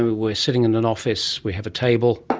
we're sitting in an office, we have a table,